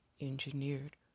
engineered